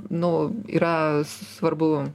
nu yra svarbu